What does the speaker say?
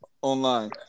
online